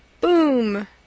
boom